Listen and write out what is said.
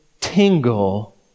tingle